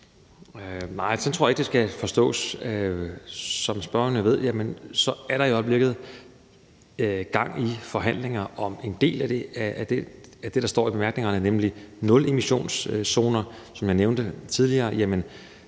Nej, sådan tror jeg ikke det skal forstås. Som spørgeren jo ved, er der i øjeblikket gang i nogle forhandlinger om en del af det, der står i bemærkningerne, nemlig nulemissionszonerne. Som jeg også nævnte tidligere, er